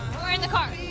or in the car?